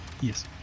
Yes